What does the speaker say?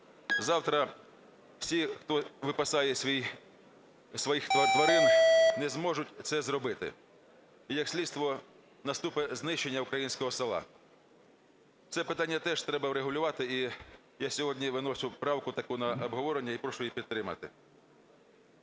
Завтра всі, хто випасає своїх тварин, не зможуть це зробити. І як слідство, наступить знищення українського села. Це питання теж треба врегулювати. І я сьогодні виношу правку таку на обговорення і прошу її підтримати.